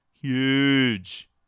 huge